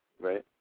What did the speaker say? right